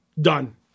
Done